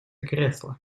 кресло